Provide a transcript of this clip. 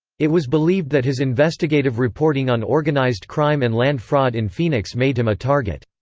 it was believed that his investigative reporting on organized crime and land fraud in phoenix made him a target.